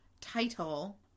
title